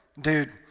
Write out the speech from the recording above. dude